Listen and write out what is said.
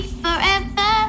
forever